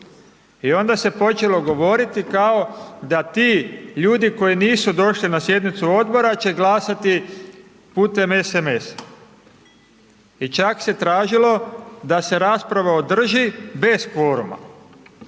i onda se počelo govoriti kao da ti ljudi koji nisu došli na sjednicu odbora će glasati putem SMS-a i čak se tražilo da se rasprava održi bez kvoruma,